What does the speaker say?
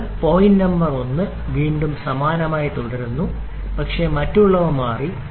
അതിനാൽ point number 1 വീണ്ടും സമാനമായി തുടരുന്നു പക്ഷേ മറ്റുള്ളവ മാറി